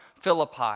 Philippi